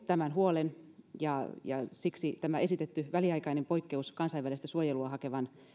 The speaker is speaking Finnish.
tämän huolen ja ja siksi tämä esitetty väliaikainen poikkeus kansainvälistä suojelua hakevan